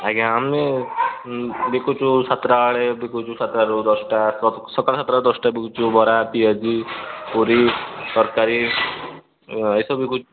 ଆଜ୍ଞା ଆମେ ବିକୁଛୁ ସାତଟା ବେଳେ ବିକୁଛୁ ସାତଟାରୁ ଦଶଟା ସକାଳ ସାତଟାରୁ ଦଶଟା ବିକୁଛୁ ବରା ପିଆଜି ପୁରୀ ତରକାରୀ ଏ ସବୁ ବିକୁଛୁ